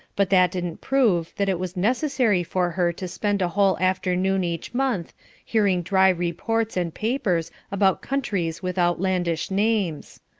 but that didn't prove that it was necessary for her to spend a whole afternoon each month hearing dry reports and papers about countries with outlandish names.